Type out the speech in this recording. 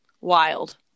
wild